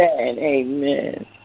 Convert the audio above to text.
Amen